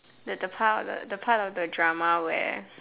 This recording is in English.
the the part of the the part of the drama where